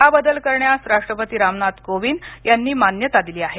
हा बदल करण्यास राष्ट्रपती रामनाथ कोविंद यांनी मान्यता दिली आहे